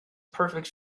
perfect